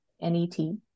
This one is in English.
N-E-T